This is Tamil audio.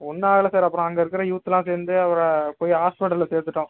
ஒன்றும் ஆகலை சார் அப்புறம் அங்கே இருக்கிற யூத்லாம் சேர்ந்து அவரை போய் ஆஸ்பிட்டலில் சேர்த்துட்டோம்